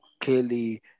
clearly